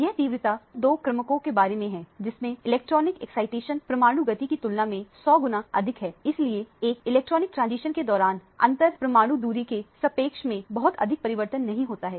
यह तीव्रता के दो क्रमों के बारे में है जिसमें इलेक्ट्रॉनिक एक्साइटेशन परमाणु गति की तुलना में 100 गुना अधिक हैं इसलिए एक इलेक्ट्रॉनिक ट्रांजिशन के दौरान अंतर परमाणु दूरी के सापेक्ष में बहुत अधिक परिवर्तन नहीं होता है